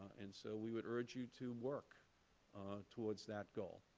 and so we would urge you to work towards that goal.